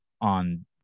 on